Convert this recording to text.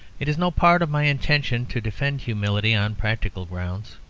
it is no part of my intention to defend humility on practical grounds.